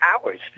hours